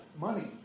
money